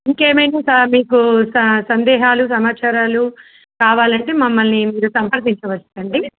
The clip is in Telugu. ఇంకేమైనా మీకు స సందేహాలు సమాచారాలు కావాలంటే మమ్మల్ని మీరు సంప్రదించవచ్చు అండి